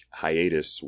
hiatus